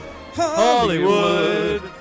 Hollywood